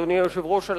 אדוני היושב-ראש,